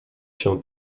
się